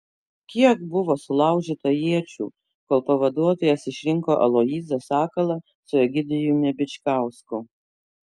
kiek buvo sulaužyta iečių kol pavaduotojas išrinko aloyzą sakalą su egidijumi bičkausku